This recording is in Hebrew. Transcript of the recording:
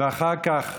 ואחר כך